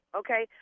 okay